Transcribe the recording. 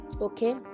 Okay